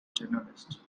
journalist